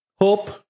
hope